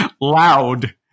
loud